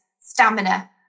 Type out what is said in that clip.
stamina